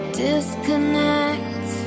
disconnect